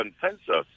consensus